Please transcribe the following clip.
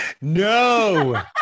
No